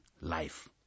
life